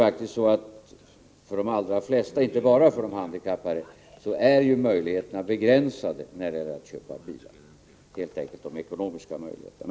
För de allra flesta — inte bara för de handikappade — är ju möjligheterna begränsade när det gäller att köpa bil, dvs. de ekonomiska möjligheterna.